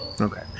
Okay